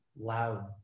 loud